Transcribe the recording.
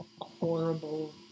horrible